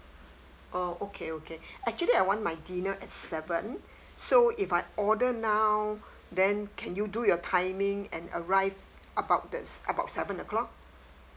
oh okay okay actually I want my dinner at seven so if I order now then can you do your timing and arrive about this about seven o'clock